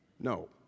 No